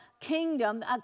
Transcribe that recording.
kingdom